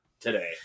today